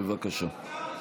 בבקשה.